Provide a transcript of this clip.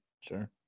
Sure